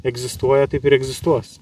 egzistuoja taip ir egzistuos